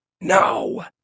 no